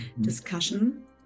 discussion